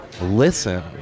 listen